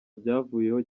byavuyeho